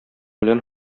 белән